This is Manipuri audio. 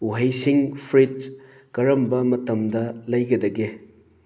ꯎꯍꯩꯁꯤꯡ ꯐ꯭ꯔꯨꯏꯠꯁ ꯀꯔꯝꯕ ꯃꯇꯝꯗ ꯂꯩꯒꯗꯒꯦ